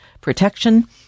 protection